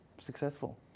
successful